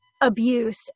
abuse